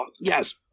yes